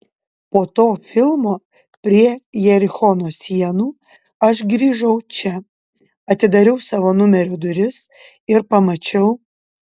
po to filmo prie jerichono sienų aš grįžau čia atidariau savo numerio duris ir pamačiau